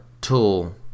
tool